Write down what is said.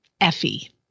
Effie